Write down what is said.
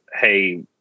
hey